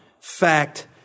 Fact